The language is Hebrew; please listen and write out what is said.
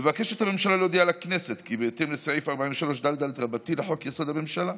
מבקשת הממשלה להודיע לכנסת כי בהתאם לסעיף 43ד(ד) לחוק-יסוד: הממשלה,